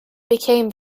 became